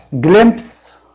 glimpse